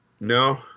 No